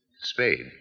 Spade